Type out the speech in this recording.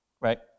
right